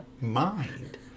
mind